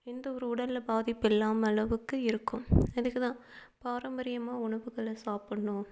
எந்த ஒரு உடலில் பாதிப்பு இல்லாமல் அளவுக்கு இருக்கும் அதுக்கு தான் பாரம்பரியமாக உணவுகளை சாப்பிட்ணும்